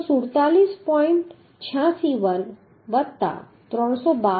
86 વર્ગ વત્તા 312